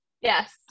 Yes